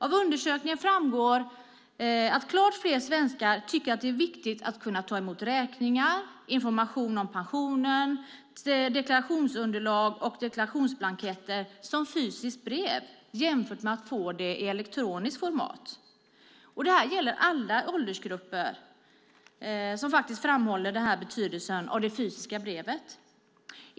Av undersökningen framgår att klart fler svenskar tycker att det är viktigt att kunna ta emot räkningar, information om pensionen, deklarationsunderlag och deklarationsblanketter som fysiska brev jämfört med att få det i elektroniskt format. Alla åldersgrupper framhåller betydelsen av det fysiska brevet. Herr talman!